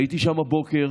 הייתי שם הבוקר,